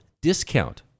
discount